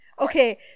Okay